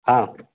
हाँ